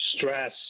stress